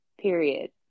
Period